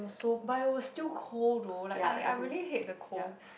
so but it was still cold though like I I really hate the cold